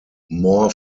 more